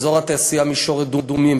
באזור התעשייה מישור-אדומים,